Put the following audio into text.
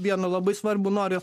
vieną labai svarbų noriu